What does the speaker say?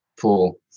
Pool